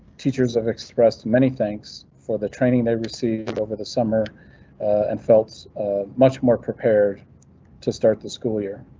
teachers have expressed many thanks for the training they received over the summer and felt much more prepared to start the school year.